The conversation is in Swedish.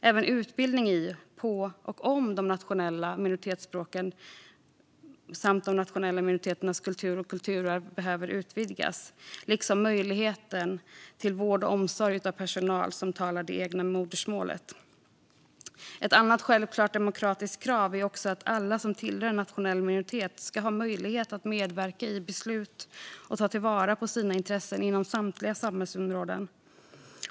Även utbildningen i, på och om de nationella minoritetsspråken samt de nationella minoriteternas kultur och kulturarv behöver utvidgas, liksom möjligheten att få vård och omsorg av personal som talar det egna modersmålet. Ett annat självklart demokratiskt krav är att alla som tillhör en nationell minoritet ska ha möjlighet att medverka i beslut och ta till vara sina intressen inom samtliga samhällsområden.